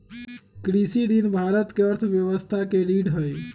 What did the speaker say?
कृषि ऋण भारत के अर्थव्यवस्था के रीढ़ हई